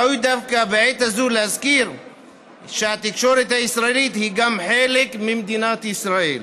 ראוי דווקא בעת הזו להזכיר שהתקשורת הישראלית היא גם חלק ממדינת ישראל,